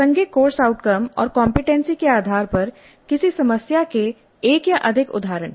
प्रासंगिक course outcome और competency के आधार पर किसी समस्या के एक या अधिक उदाहरण